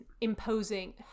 imposing